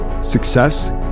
Success